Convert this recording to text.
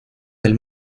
del